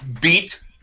beat